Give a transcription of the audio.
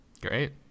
Great